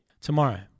Tomorrow